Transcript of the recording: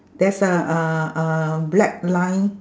there's a uh uh black line